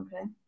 Okay